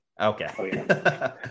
Okay